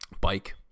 bike